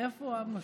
איפה משה?